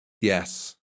Yes